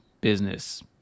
business